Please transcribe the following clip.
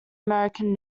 american